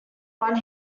one